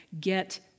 get